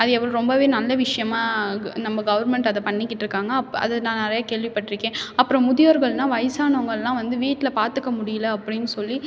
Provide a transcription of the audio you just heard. அது எவ் ரொம்பவே நல்ல விஷயமா நம்ம கவர்மெண்ட் அதை பண்ணிக்கிட்டிருக்காங்க அப் அது நான் நிறையா கேள்விப்பட்டிருக்கேன் அப்புறம் முதியோர்கள்னால் வயதானவங்களலாம் வந்து வீட்டில் பார்த்துக்க முடியல அப்படின்னு சொல்லி